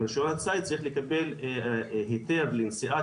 עם רישיון הציד צריך לקבל היתר לנשיאת